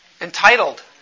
Entitled